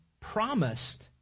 promised